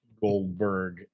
Goldberg